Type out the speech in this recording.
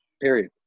Period